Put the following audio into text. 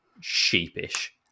sheepish